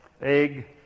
egg